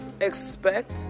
expect